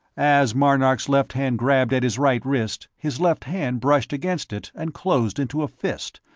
as marnark's left hand grabbed at his right wrist, his left hand brushed against it and closed into a fist,